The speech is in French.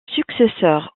successeur